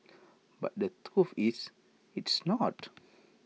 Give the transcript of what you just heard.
but the truth is it's not